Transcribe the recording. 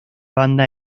banda